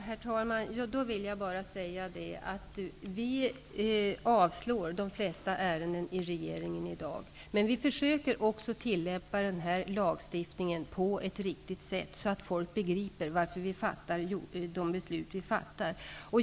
Herr talman! Då vill jag bara säga det, att vi i regeringen avslår de flesta ärenden i dag. Men vi försöker också att tillämpa den här lagstiftningen på ett riktigt sätt, så att folk begriper varför vi fattar de beslut vi fattar.